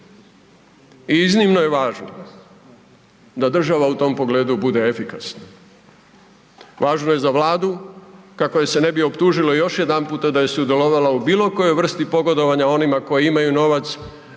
I iznimno je važno da država u tom pogledu bude efikasna, važno je za vlada kako je se ne bi optužilo još jedanputa da je sudjelovala u bilo kojoj vrsti pogodovanja onima koji imaju novac,